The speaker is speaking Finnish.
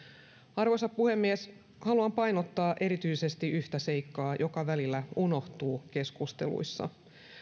arvoisa puhemies haluan painottaa erityisesti yhtä seikkaa joka välillä unohtuu keskusteluissa